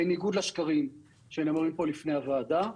בניגוד לשקרים שנאמרו פה לפני הוועדה,